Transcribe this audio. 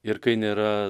ir kai nėra